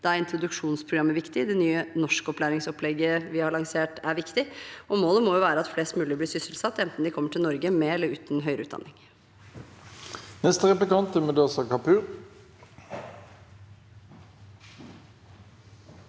Da er introduksjonsprogrammet viktig. Det nye norskopplæringsopplegget vi har lansert, er viktig. Målet må være at flest mulig blir sysselsatt, enten de kommer til Norge med eller uten høyere utdanning.